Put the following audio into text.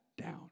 down